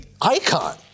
icon